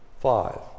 Five